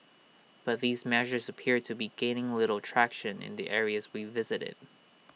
but these measures appear to be gaining little traction in the areas we visited